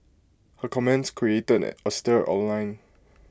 her comments created A stir online